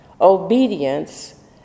obedience